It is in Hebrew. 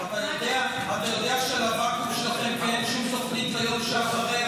אתה יודע שלוואקום שלכם אין שום תוכנית ליום שאחרי,